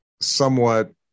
somewhat